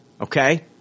Okay